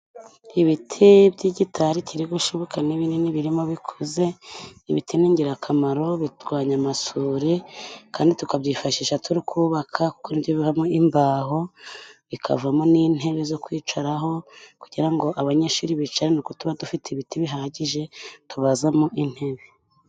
Ibiti by'igitari kiri gushibuka ni binini birimo bikuze, ibiti ni ingirakamaro birwanya amasuri, kandi tukabyifashisha turi kubaka kuko bivamo imbaho, bikavamo n'intebe zo kwicaraho. Kugira ngo abanyeshuri bicare ni uko tuba dufite ibiti bihagije, tubazamo intebe.